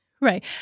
Right